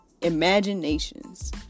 imaginations